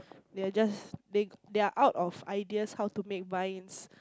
they are just they they're out of ideas how to make vines